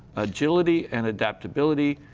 agility and adaptability,